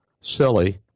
silly